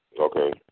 Okay